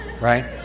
Right